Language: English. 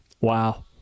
Wow